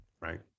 Right